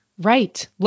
right